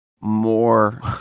more